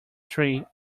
tree